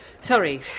Sorry